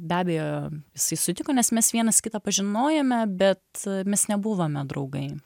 be abejo jisai sutiko nes mes vienas kitą pažinojome bet mes nebuvome draugai